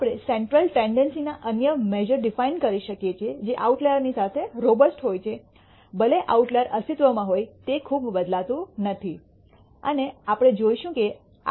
આપણે સેન્ટ્રલ ટેન્ડનસીના અન્ય મેશ઼ર ડિફાઇન કરી શકયે છે જે આઉટલાયર ની સાથે રોબસ્ટ હોય છે ભલે આઉટલાયર અસ્તિત્વમાં હોય તે ખૂબ બદલાતું નથી અને આપણે જોશું કે આ પ્રકારનું મેશ઼ર શું છે